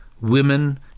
Women